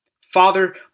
Father